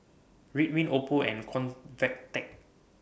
Ridwind Oppo and Convatec